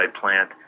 plant